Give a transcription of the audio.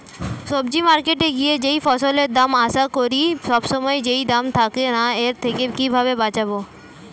সবজি মার্কেটে গিয়ে যেই ফসলের দাম আশা করি সবসময় সেই দাম থাকে না এর থেকে কিভাবে বাঁচাবো?